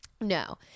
No